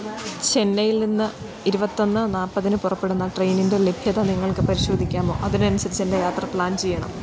ചെന്നൈയില് നിന്ന് ഇരുപത്തിയൊന്ന് നാല്പ്പതിന് പുറപ്പെടുന്ന ട്രെയിനിൻ്റെ ലഭ്യത നിങ്ങൾക്ക് പരിശോധിക്കാമോ അതിനനുസരിച്ച് എൻ്റെ യാത്ര പ്ലാൻ ചെയ്യണം